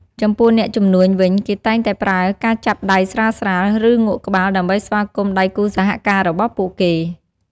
ចំពោះអ្នកជំនួញវិញ គេតែងតែប្រើការចាប់ដៃស្រាលៗ ឬងក់ក្បាល ដើម្បីស្វាគមន៍ដៃគូរសហការរបស់ពួកគេ។